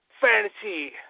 Fantasy